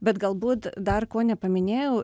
bet galbūt dar ko nepaminėjau